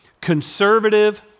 conservative